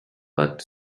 but